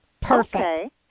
Perfect